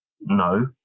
No